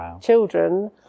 children